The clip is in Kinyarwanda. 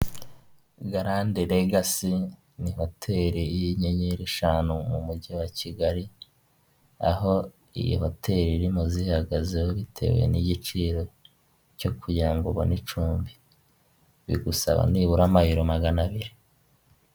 Umuntu wambaye ishati y'amaboko karuvati ya rujeborodo isaha y'umukara ku kuboko ari kuvugira muri mayikorofone birashoboka ko ari kuvuga ibyo uruganda rw'icyayi rwa Rutsiro rukora.